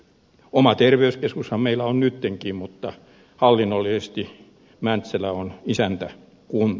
oma terveyskeskushan meillä on nyttenkin mutta hallinnollisesti mäntsälä on isäntäkunta